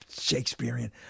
Shakespearean